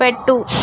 పెట్టు